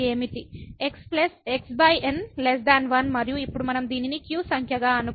|x|N 1 మరియు ఇప్పుడు మనం దీనిని q సంఖ్యగా అనుకుంటే